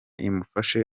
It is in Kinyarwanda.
imufashe